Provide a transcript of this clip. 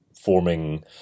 forming